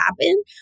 happen